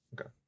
okay